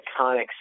iconic